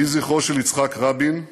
יהי זכרו של יצחק רבין,